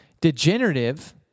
degenerative